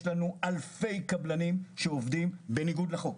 יש לנו אלפי קבלנים שעובדים בניגוד לחוק,